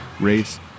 race